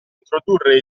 introdurre